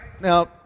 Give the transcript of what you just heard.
Now